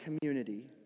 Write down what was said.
community